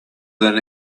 than